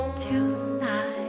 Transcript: tonight